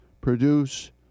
produce